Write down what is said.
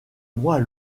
moi